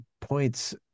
points